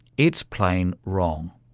it's plain wrong.